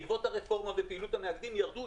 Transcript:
בעקבות הרפורמה ופעילות, ירדו.